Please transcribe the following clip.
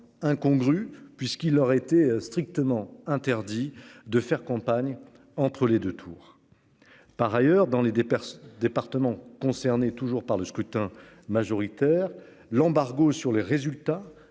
incongru puisqu'il aurait été strictement interdit de faire campagne entre les 2 tours. Par ailleurs, dans les des départements concernés, toujours par le scrutin majoritaire. L'embargo sur les résultats